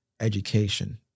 education